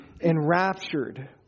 enraptured